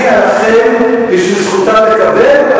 אני אלחם על זכותם לקבל,